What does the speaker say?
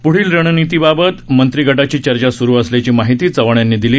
प्ढील रणनीतीबाबत मंत्रिगटाची चर्चा स्रू असल्याची माहिती चव्हाण यांनी दिली